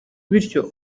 bityo